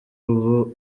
ubu